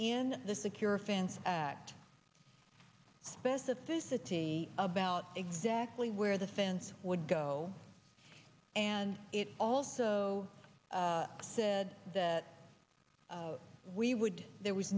in the secure fence act specificity about exactly where the fence would go and it also said that we would there was